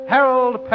Harold